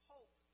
Hope